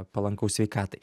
palankaus sveikatai